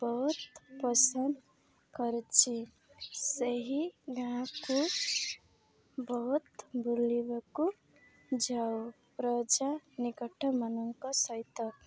ବହୁତ ପସନ୍ଦ କରିଛି ସେହି ଗାଁକୁ ବହୁତ ବୁଲିବାକୁ ଯାଉ ପର୍ଯ୍ୟଟକମାନଙ୍କ ସହିତ